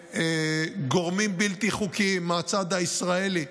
גורמים בלתי חוקיים מהצד הישראלי,